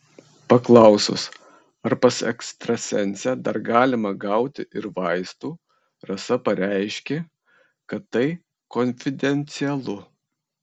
paklausus ar pas ekstrasensę dar galima gauti ir vaistų rasa pareiškė kad tai konfidencialu